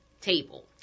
table